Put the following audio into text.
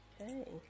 Okay